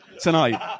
tonight